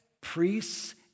priests